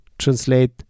translate